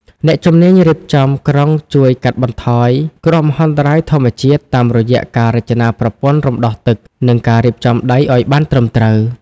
អ្នកជំនាញរៀបចំក្រុងជួយកាត់បន្ថយគ្រោះមហន្តរាយធម្មជាតិ តាមរយៈការរចនាប្រព័ន្ធរំដោះទឹក និងការរៀបចំដីឱ្យបានត្រឹមត្រូវ។